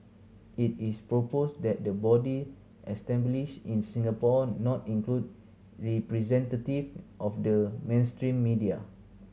it is proposed that the body established in Singapore not include representative of the mainstream media